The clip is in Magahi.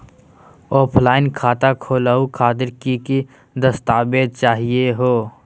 ऑफलाइन खाता खोलहु खातिर की की दस्तावेज चाहीयो हो?